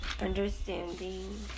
understanding